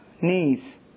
knees